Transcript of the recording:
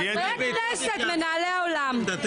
חברי הכנסת מנהלי העולם.